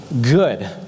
Good